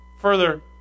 further